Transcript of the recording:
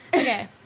Okay